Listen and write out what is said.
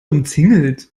umzingelt